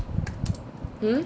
mm